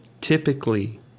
typically